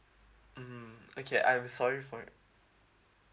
mm okay I'm sorry for it